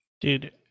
Dude